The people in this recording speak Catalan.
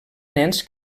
nens